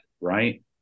Right